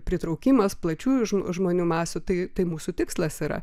pritraukimas plačiųjų žmonių masių tai tai mūsų tikslas yra